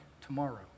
tomorrow